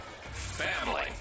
family